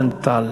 רוזנטל.